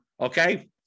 Okay